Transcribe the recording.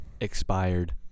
Expired